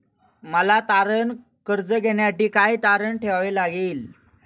मला तारण कर्ज घेण्यासाठी काय तारण ठेवावे लागेल?